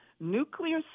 nuclear